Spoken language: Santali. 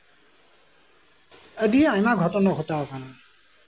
ᱟᱹᱰᱤ ᱟᱭᱢᱟ ᱜᱷᱚᱴᱚᱱᱟ ᱜᱷᱚᱴᱟᱣ ᱠᱟᱱᱟ